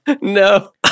No